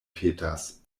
petas